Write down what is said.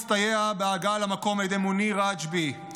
הסתייע בהגעה למקום במוניר רג'בי,